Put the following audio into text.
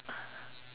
oh ya